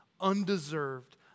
undeserved